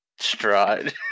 stride